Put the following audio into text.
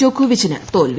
ജ്യോക്കോവിച്ചിന് തോൽവി